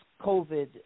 COVID